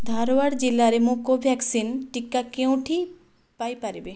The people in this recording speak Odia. ଧାର୍ୱାଡ଼୍ ଜିଲ୍ଲାରେ ମୁଁ କୋଭ୍ୟାକ୍ସିନ୍ ଟିକା କେଉଁଠି ପାଇପାରିବି